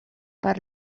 per